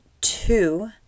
two